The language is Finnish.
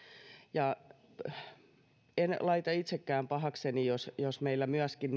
en laita itsekään pahakseni jos jos meillä myöskin